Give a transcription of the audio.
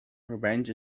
revenge